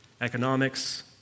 economics